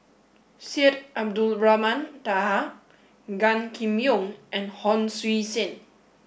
Syed Abdulrahman Taha Gan Kim Yong and Hon Sui Sen